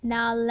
Now